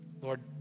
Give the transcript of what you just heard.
Lord